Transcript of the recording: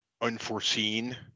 unforeseen